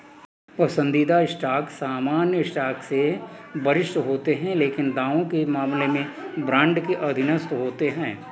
पसंदीदा स्टॉक सामान्य स्टॉक से वरिष्ठ होते हैं लेकिन दावों के मामले में बॉन्ड के अधीनस्थ होते हैं